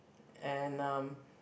and um